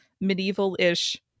medieval-ish